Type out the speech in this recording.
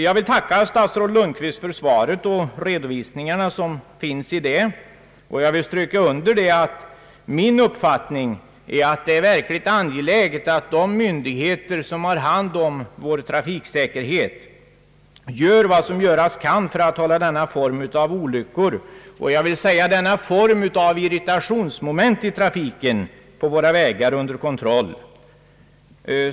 Jag vill tacka statsrådet Lundkvist för svaret och för de redovisningar som lämnas däri. Jag vill understryka att det enligt min uppfattning är verkligt angeläget att de myndigheter som har hand om vår trafiksäkerhet gör vad som göras kan för att hålla denna form av olyckor — och denna form av vad jag vill kalla irritationsmoment — i trafiken på våra vägar under kontroll.